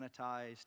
sanitized